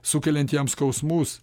sukeliant jam skausmus